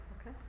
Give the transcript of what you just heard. Okay